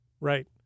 right